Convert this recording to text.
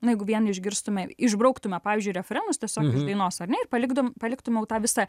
na jeigu vien išgirstume išbrauktume pavyzdžiui refrenus tiesiog iš dainos ar ne ir palikdum paliktum jau tą visą